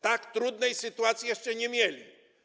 Tak trudnej sytuacji jeszcze nie mieli.